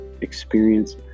experience